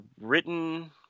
Written